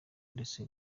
ndetse